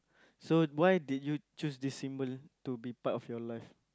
so why did you choose this symbol to be part of your life